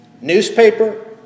Newspaper